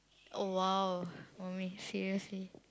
oh !wow! for me seriously